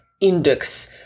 index